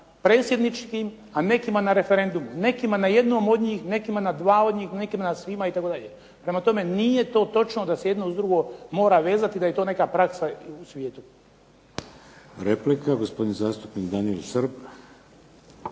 predsjedničkim, a nekima na referendumu. Nekima na jednom od njih, nekima na dva od njih, nekima na svima itd. Prema tome nije to točno da se jedno uz drugo mora vezati, da je to neka praksa i u svijetu. **Šeks, Vladimir (HDZ)** Replika, gospodin zastupnik Daniel Srb.